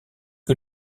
que